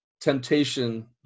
temptation